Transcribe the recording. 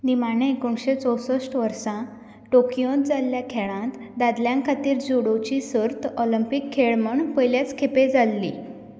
निमाणें एकुणशें चवसश्ट वर्सा टोकियोंत जाल्ल्या खेळांत दादल्यां खातीर ज्युडोची सर्त ऑलिंपिक खेळ म्हूण पयलेच खेपे जाल्ली